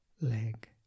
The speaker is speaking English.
leg